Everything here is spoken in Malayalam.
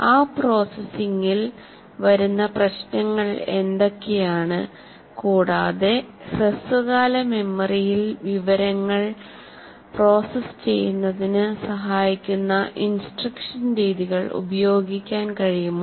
ആ പ്രോസസ്സിംഗിൽ വരുന്ന പ്രശ്നങ്ങൾ എന്തൊക്കെയാണ് കൂടാതെ ഹ്രസ്വകാല മെമ്മറിയിൽ വിവരങ്ങൾ പ്രോസസ്സ് ചെയ്യുന്നതിന് സഹായിക്കുന്ന ഇൻസ്ട്രക്ഷൻ രീതികൾ ഉപയോഗിക്കാൻ കഴിയുമോ